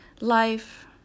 life